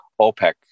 OPEC